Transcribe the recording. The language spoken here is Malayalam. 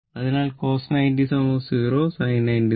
അതിനാൽ cos 90o 0 sin 90o 1